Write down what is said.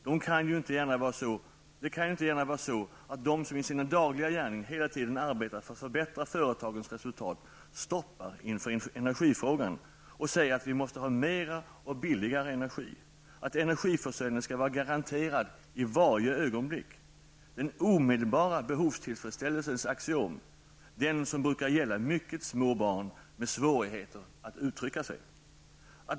Det kan ju inte gärna vara så att de som i sin dagliga gärning hela tiden arbetar för att förbättra företagens resultat stoppar inför energifrågan och säger att vi måste ha mera och billigare energi och att energiförsörjningen skall vara garanterad i varje ögonblick. Detta är den omedelbara behovstillfredsställelsens axiom, den som brukar gälla mycket små barn med svårigheter att uttrycka sig.